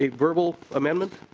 ah verbal amendment